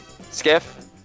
Skiff